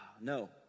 no